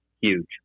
huge